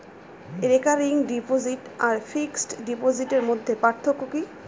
Recurring deposit আর fixed ডিপোজিটের মধ্যে পার্থক্য কি?